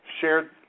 shared